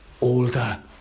older